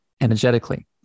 energetically